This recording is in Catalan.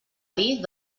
dir